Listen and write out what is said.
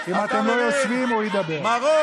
כשתהיו בשקט הוא יסיים.